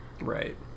Right